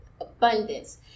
abundance